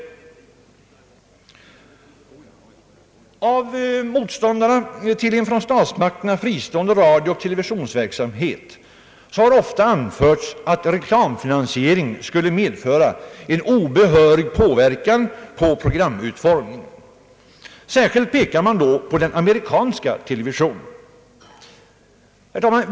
Av motståndarna till en från statsmakterna fristående radiooch televisionsverksamhet har ofta anförts att reklamfinansiering skulle medföra en obehörig påverkan på programutformningen. Särskilt pekar man då på den amerikanska televisionen.